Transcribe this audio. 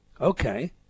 Okay